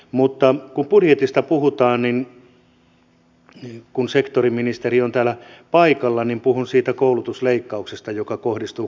mutta kun budjetista puhutaan niin kun sektoriministeri on täällä paikalla niin puhun siitä koulutusleikkauksesta joka kohdistuu korkeakouluille